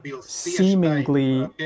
seemingly